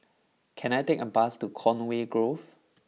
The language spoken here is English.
can I take a bus to Conway Grove